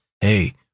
hey